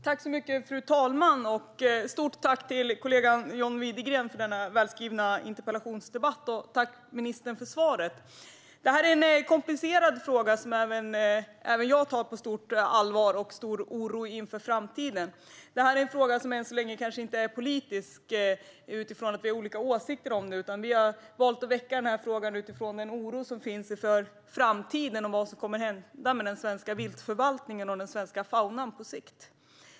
Fru talman! Jag vill framföra ett stort tack till min kollega John Widegren för denna välskrivna interpellation. Jag tackar också ministern för svaret. Detta är en komplicerad fråga som även jag tar på stort allvar och ser på med stor oro inför framtiden. Detta är en fråga som än så länge kanske inte är politisk utifrån att vi har olika åsikter om den, utan vi har valt att väcka denna fråga utifrån den oro som finns för framtiden och vad som kommer att hända med den svenska viltförvaltningen och den svenska faunan på sikt.